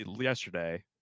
yesterday